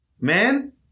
Man